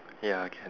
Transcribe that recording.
ya okay